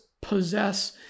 possess